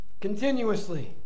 continuously